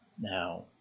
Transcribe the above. now